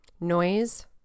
Noise